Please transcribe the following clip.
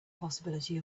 possibility